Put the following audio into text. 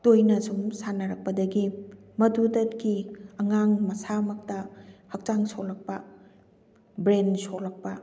ꯇꯣꯏꯅ ꯑꯁꯨꯝ ꯁꯥꯟꯅꯔꯛꯄꯗꯒꯤ ꯃꯗꯨꯗꯒꯤ ꯑꯉꯥꯡ ꯃꯁꯥ ꯃꯛꯇ ꯍꯛꯆꯥꯡ ꯁꯣꯛꯂꯛꯄ ꯕ꯭ꯔꯦꯟ ꯁꯣꯛꯂꯛꯄ